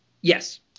Yes